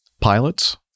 pilots